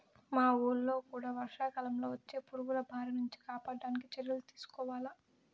మా వూళ్ళో కూడా వర్షాకాలంలో వచ్చే పురుగుల బారి నుంచి కాపాడడానికి చర్యలు తీసుకోవాల